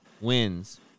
Wins